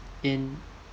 in